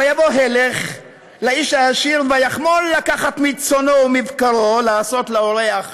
ויבא הלך לאיש העשיר ויחמל לקחת מצאנו ומבקרו לעשות לארח